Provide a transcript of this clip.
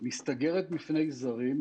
מסתגרת בפני זרים,